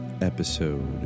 episode